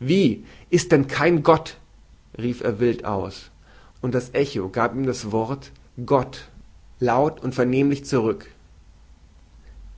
wie ist denn kein gott rief er wild aus und das echo gab ihm das wort gott laut und vernehmlich zurück